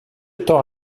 temps